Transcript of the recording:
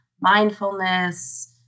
mindfulness